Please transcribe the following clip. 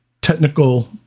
technical